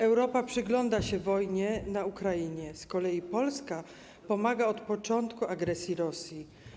Europa przygląda się wojnie na Ukrainie, z kolei Polska pomaga, i to od początku agresji Rosji.